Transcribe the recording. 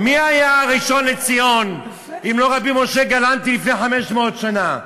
מי היה הראשון לציון אם לא רבי משה גלנטי לפני 500 שנה?